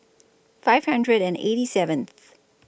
five hundred and eighty seventh